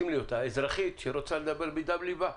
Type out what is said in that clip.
אזרחית שרוצה לדבר מדם ליבה.